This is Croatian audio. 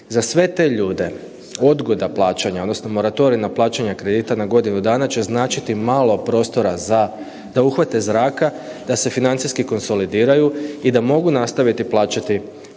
Za sve te ljude, odgoda plaćanja, odnosno moratorij na plaćanje kredita na godinu dana će značiti malo prostora za, da uhvate zraka, da se financijski konsolidiraju i da mogu nastaviti plaćati svoje